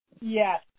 Yes